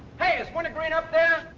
hey, is wintergreen up there?